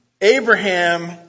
Abraham